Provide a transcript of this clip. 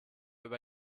über